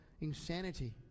insanity